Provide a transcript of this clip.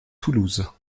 toulouse